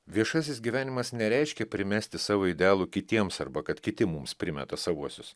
viešasis gyvenimas nereiškia primesti savo idealų kitiems arba kad kiti mums primeta savuosius